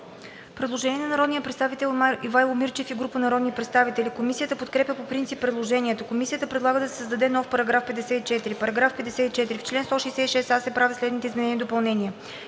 Предложение на народния представител Ивайло Мирчев и група народни представители. Комисията подкрепя по принцип предложението. Комисията предлага да се създаде нов § 54: „§ 54. В чл. 166а се правят следните изменения и допълнения: